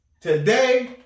Today